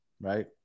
right